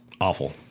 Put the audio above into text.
awful